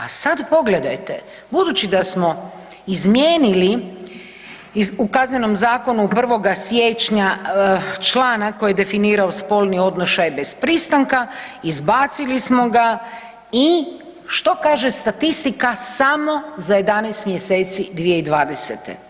A sad pogledajte, budući da smo izmijenili u KZ-u 1. siječnja članak koji je definirao spolni odnošaj bez pristanka izbacili smo ga i što kaže statistika samo za 11 mjeseci 2020.